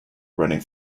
running